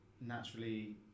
naturally